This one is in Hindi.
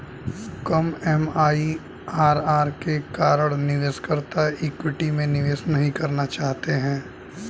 कम एम.आई.आर.आर के कारण निवेशकर्ता इक्विटी में निवेश नहीं करना चाहते हैं